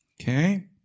Okay